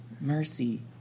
mercy